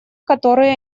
которые